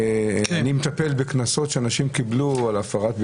אני מטפל בקנסות שאנשים קיבלו על הפרת סגרים